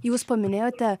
jūs paminėjote